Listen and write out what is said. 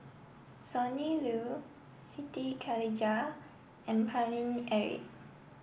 Sonny Liew Siti Khalijah and Paine Eric